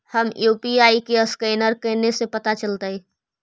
हमर यु.पी.आई के असकैनर कने से पता चलतै?